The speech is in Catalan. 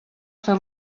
fer